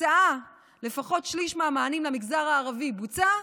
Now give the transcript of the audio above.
הקצאה של לפחות שליש מהמענים למגזר הערבי, בוצע?